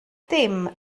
dim